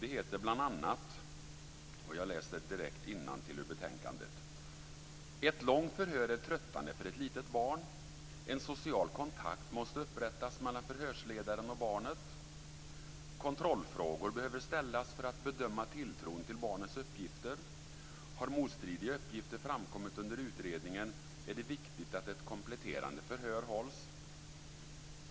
Det heter bl.a.: - "Ett långt förhör är tröttande för ett litet barn. - En social kontakt måste upprättas mellan förhörsledaren och barnet. - Kontrollfrågor behöver ställas för att bedöma tilltron till barnets uppgifter. Har motstridiga uppgifter framkommit under utredningen, är det viktigt att ett kompletterande förhör hålls.